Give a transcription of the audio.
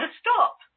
stop